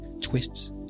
twists